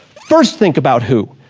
first think about who,